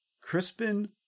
Crispin